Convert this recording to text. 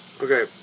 Okay